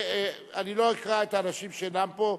אני לא אקרא את שמות האנשים שאינם פה.